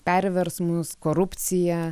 perversmus korupciją